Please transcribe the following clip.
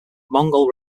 mongol